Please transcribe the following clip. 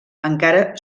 encara